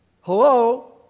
Hello